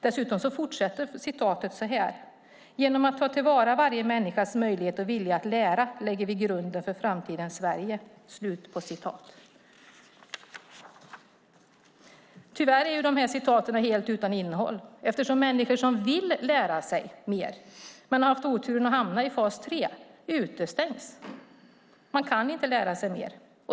Statsministern fortsatte i regeringsförklaringen med att säga: Genom att ta till vara varje människas möjlighet och vilja att lära lägger vi grunden för framtidens Sverige. Tyvärr är dessa uttalanden helt utan innehåll. Människor som vill lära sig mer men som har haft oturen att hamna i fas 3 utestängs. De kan inte lära sig mer.